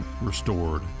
Restored